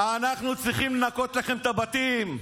אנחנו צריכים לנקות לכם את הבתים.